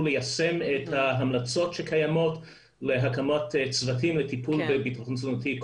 ליישם את ההמלצות שקיימות להקמת צוותים לטיפול בביטחון תזונתי,